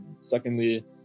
secondly